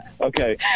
Okay